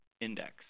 index